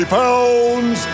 pounds